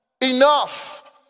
enough